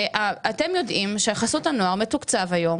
אתם יודעים שחסות הנוער מתוקצב היום